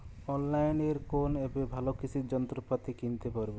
অনলাইনের কোন অ্যাপে ভালো কৃষির যন্ত্রপাতি কিনতে পারবো?